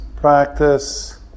practice